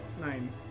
Nine